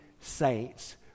saints